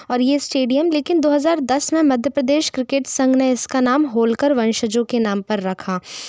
और यह स्टेडियम लेकिन दो हज़ार दस में मध्य प्रदेश क्रिकेट संघ ने इसका नाम होलकर वंशजों के नाम पर रखा